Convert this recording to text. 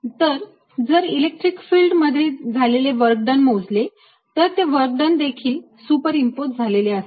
तर जर electric field मध्ये झालेले वर्क डन मोजले तर ते वर्क डन देखील सुपरइम्पोझ झालेले असेल